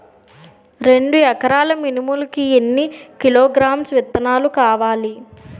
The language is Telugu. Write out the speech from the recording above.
రెండు ఎకరాల మినుములు కి ఎన్ని కిలోగ్రామ్స్ విత్తనాలు కావలి?